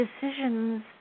decisions